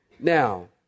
Now